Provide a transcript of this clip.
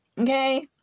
okay